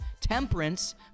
temperance